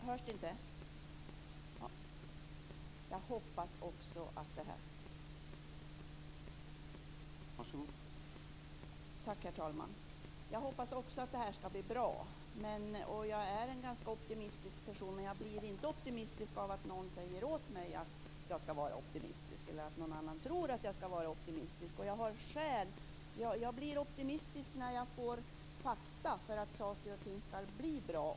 Herr talman! Margit Gennser, också jag hoppas att det här blir bra. Jag är en ganska optimistisk person men jag blir inte optimistisk av att någon säger åt mig att vara optimistisk eller av att någon tror att jag skall vara optimistisk. Jag blir optimistisk när jag får fakta om att saker och ting skall bli bra.